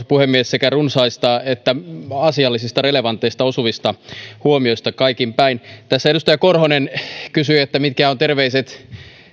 puhemies kiitoksia sekä runsaista että asiallisista relevanteista osuvista huomioista kaikin päin tässä edustaja korhonen kysyi mitkä ovat terveiset